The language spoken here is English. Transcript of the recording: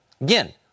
Again